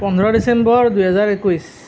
পোন্ধৰ ডিচেম্বৰ দুহেজাৰ একৈছ